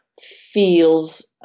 feels